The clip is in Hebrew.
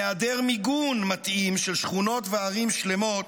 מהיעדר מיגון מתאים של שכונות וערים שלמות,